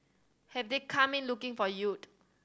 have they come in looking for yield